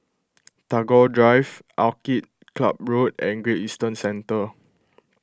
Tagore Drive Orchid Club Road and Great Eastern Centre